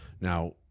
Now